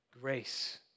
Grace